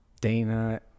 Dana